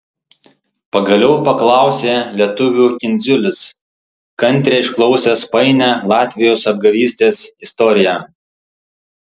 pagaliau paklausė lietuvių kindziulis kantriai išklausęs painią latvijos apgavystės istoriją